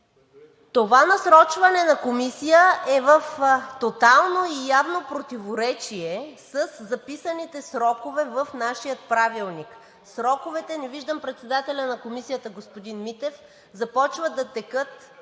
Това насрочване на комисия е в тотално и явно противоречие със записаните срокове в нашия Правилник. Не виждам председателя на Комисията господин Митев. (Народният